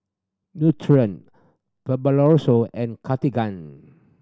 Nutren Fibrosol and Cartigain